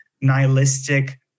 nihilistic